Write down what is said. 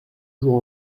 jours